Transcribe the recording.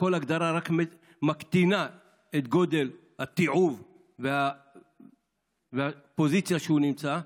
כל הגדרה רק מקטינה את גודל התיעוב בפוזיציה שהוא נמצא,